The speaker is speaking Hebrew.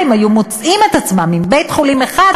היו מוצאים את עצמם עם בית-חולים אחד,